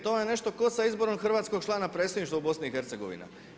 To vam je nešto kao sa izborom hrvatskog člana predstavništva u BiH-a.